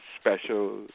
special